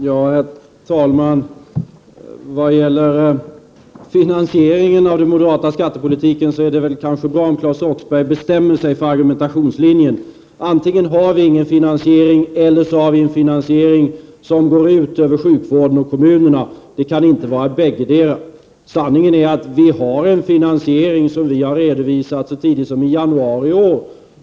Herr talman! Vad gäller finansieringen av den moderata skattepolitiken vore det väl bra om Claes Roxbergh bestämde sig för en argumentationslinje. Antingen har vi ingen finansiering eller så har vi en finansiering som går ut över sjukvården och kommunerna! Det kan inte vara bäggedera. Sanningen är att vi har en finansiering som vi redovisade så tidigt som i januari i år.